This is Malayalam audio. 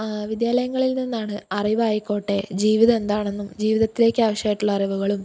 വിദ്യാലയങ്ങളിൽ നിന്നാണ് അറിവായിക്കോട്ടെ ജീവിതം എന്താണെന്നും ജീവിതത്തിലേക്കാവശ്യമായിട്ടുള്ള അറിവുകളും